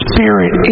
Spirit